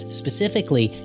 specifically